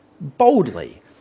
boldly